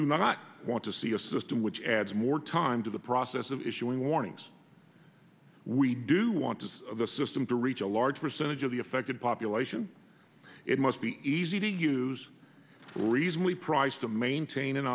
do not want to see a system which adds more time to the process of issuing warnings we do want to see the system to reach a large percentage of the affected population it must be easy to use reasonably priced to maintain and